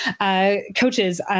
coaches